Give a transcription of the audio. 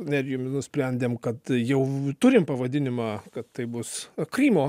nerijumi nusprendėm kad jau turim pavadinimą kad tai bus krymo